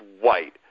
white